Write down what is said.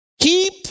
Keep